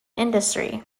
industry